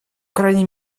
крайней